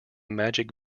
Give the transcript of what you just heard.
magic